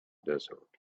desert